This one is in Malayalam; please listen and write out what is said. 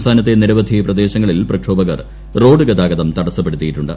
സംസ്ഥാനത്തെ നിരവധി പ്രദേശങ്ങളിൽ പ്രക്ഷോഭകർ റോഡ് ഗതാഗതം തടസപ്പെടുത്തിയിട്ടുണ്ട്